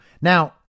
Now